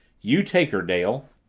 you take her, dale.